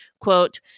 quote